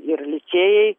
ir licėjai